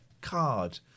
card